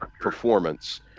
performance